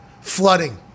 flooding